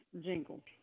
jingle